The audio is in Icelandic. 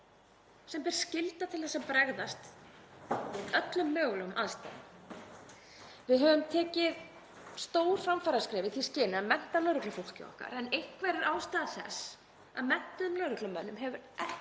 sem ber skylda til að bregðast við öllum mögulegum aðstæðum. Við höfum stigið stór framfaraskref í því skyni að mennta lögreglufólkið okkar, en einhver er ástæða þess að menntuðum lögreglumönnum hefur